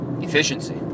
Efficiency